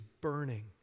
burning